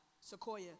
Sequoia